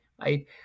right